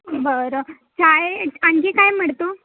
बरं चहा आणखी काय मिळतो